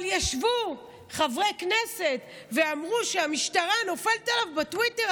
אבל ישבו חברי כנסת ואמרו שהמשטרה נופלת עליו בטוויטר,